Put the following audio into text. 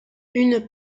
une